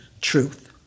truth